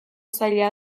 zaila